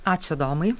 ačiū adomai